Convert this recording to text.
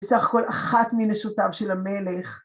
בסך הכל, אחת מנשותיו של המלך.